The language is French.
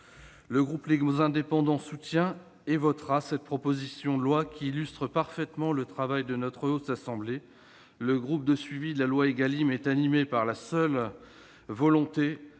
Le groupe Les Indépendants soutient et votera cette proposition de loi, qui illustre parfaitement le travail de la Haute Assemblée. Le groupe de suivi de la loi Égalim est animé par la seule volonté